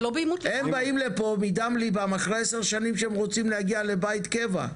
הם באים לפה מדם לבם אחרי ששנים הם רוצים להקים בית קבע.